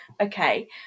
okay